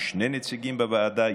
שני נציגים בוועדה,